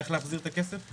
איך להחזיר את הכסף?